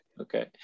okay